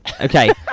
Okay